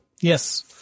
Yes